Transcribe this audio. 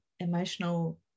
Emotional